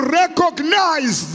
recognize